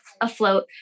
afloat